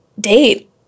date